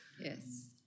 Yes